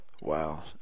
Wow